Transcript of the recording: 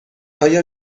آیا